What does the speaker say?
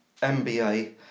MBA